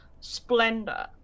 splendor